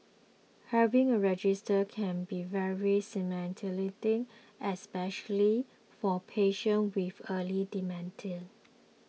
having a registry can be very stigmatising especially for patients with early dementia